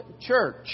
church